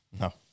no